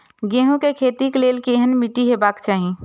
गेहूं के खेतीक लेल केहन मीट्टी हेबाक चाही?